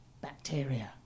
bacteria